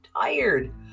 tired